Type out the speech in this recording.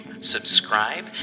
subscribe